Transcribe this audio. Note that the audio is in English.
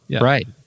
Right